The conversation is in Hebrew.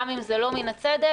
גם אם זה לא מן הצדק,